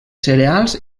cereals